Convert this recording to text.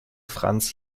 franz